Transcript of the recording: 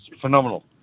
phenomenal